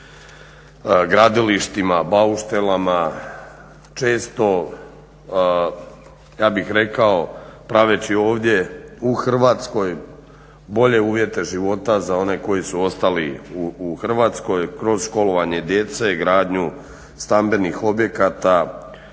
ovdje u Hrvatskoj bolje uvjete života za one koji su ostali u Hrvatskoj kroz školovanje djece, gradnju stambenih objekata,